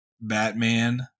Batman